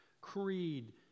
creed